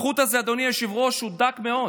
החוט הזה, אדוני היושב-ראש, הוא דק מאוד,